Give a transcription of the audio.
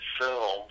film